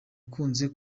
ukunze